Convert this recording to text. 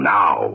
now